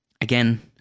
Again